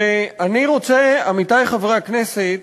ואני רוצה, עמיתי חברי הכנסת,